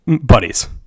buddies